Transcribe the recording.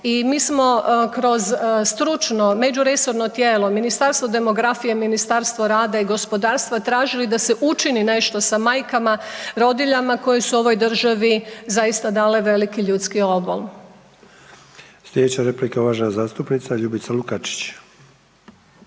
I mi smo kroz stručno međuresorno tijelo, Ministarstvo demografije, Ministarstvo rada i gospodarstva tražili da se učini nešto sa majkama rodiljama koje su ovoj državi zaista dale veliki ljudski obol. **Sanader, Ante (HDZ)** Slijedeća replika uvažena zastupnica Ljubica Lukačić.